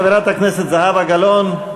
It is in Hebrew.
חברת הכנסת זהבה גלאון,